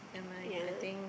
ya